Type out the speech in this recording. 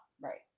Right